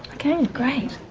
okay, great.